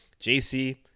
JC